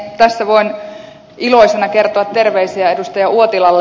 tässä voin iloisena kertoa terveisiä edustaja uotilalle